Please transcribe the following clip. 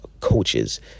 coaches